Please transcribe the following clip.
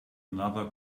another